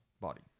Body